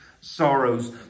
sorrows